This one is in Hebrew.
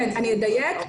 אני אדייק.